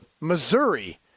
Missouri